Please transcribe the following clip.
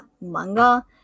manga